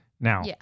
Now